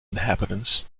inhabitants